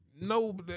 No